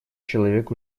человек